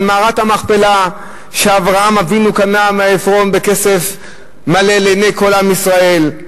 על מערת המכפלה שאברהם אבינו קנה מעפרון בכסף מלא לעיני כל עם ישראל,